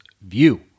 view